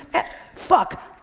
and fuck,